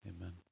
Amen